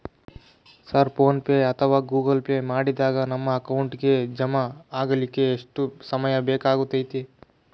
Sir PhonePe ಅಥವಾ Google Pay ಮಾಡಿದಾಗ ನಮ್ಮ ಅಕೌಂಟಿಗೆ ಹಣ ಜಮಾ ಆಗಲಿಕ್ಕೆ ಎಷ್ಟು ಸಮಯ ಬೇಕಾಗತೈತಿ?